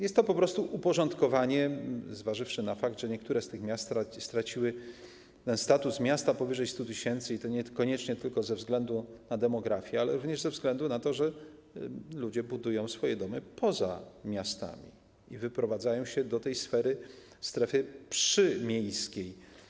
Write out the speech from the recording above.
Jest to po prostu uporządkowanie, zważywszy na fakt, że niektóre z tych miast straciły status miasta powyżej 100 tys., i to niekoniecznie tylko ze względu na demografię, ale również ze względu na to, że ludzie budują swoje domy poza miastami i wyprowadzają się do tej strefy przymiejskiej.